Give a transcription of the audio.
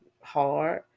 hard